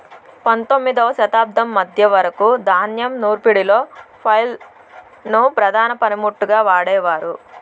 పందొమ్మిదవ శతాబ్దం మధ్య వరకు ధాన్యం నూర్పిడిలో ఫ్లైల్ ను ప్రధాన పనిముట్టుగా వాడేవారు